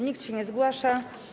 Nikt się nie zgłasza.